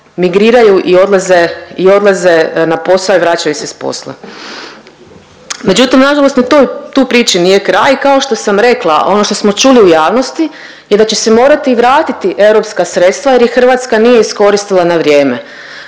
migriraju i odlaze na posao i vraćaju se s posla. Međutim, nažalost ni toj, tu priči nije kraj. Kao što sam rekla, ono što smo čuli u javnosti je da će se morati i vratiti EU sredstva jer ih Hrvatska nije iskoristila na vrijeme.